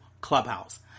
Clubhouse